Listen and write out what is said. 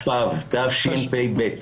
כן, בתשפ"ב.